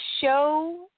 show